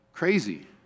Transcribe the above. crazy